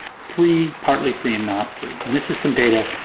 free, partly free, and not free. and this is some data,